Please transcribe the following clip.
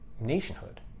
nationhood